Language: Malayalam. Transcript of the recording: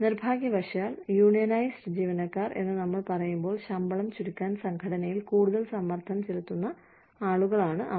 നിർഭാഗ്യവശാൽ യൂണിയനൈസ്ഡ് ജീവനക്കാർ എന്ന് നമ്മൾ പറയുമ്പോൾ ശമ്പളം ചുരുക്കാൻ സംഘടനയിൽ കൂടുതൽ സമ്മർദ്ദം ചെലുത്തുന്ന ആളുകളാണ് അവർ